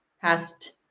past